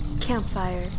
Campfire